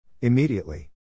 Immediately